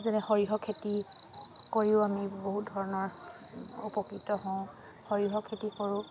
যেনে সৰিয়হৰ খেতি কৰিও আমি বহুত ধৰণৰ উপকৃত হওঁ সৰিয়হৰ খেতি কৰোঁ